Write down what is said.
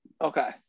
Okay